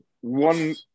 One